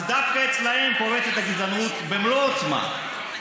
אז דווקא אצלם פורצת הגזענות במלוא העוצמה.